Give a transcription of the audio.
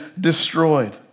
destroyed